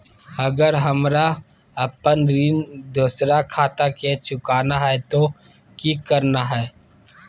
अगर हमरा अपन ऋण दोसर खाता से चुकाना है तो कि करना है?